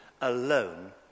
alone